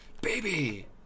Baby